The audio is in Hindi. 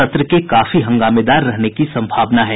सत्र के काफी हंगामेदार रहने की सम्भावना है